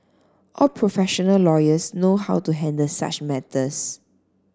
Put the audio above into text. all professional lawyers know how to handle such matters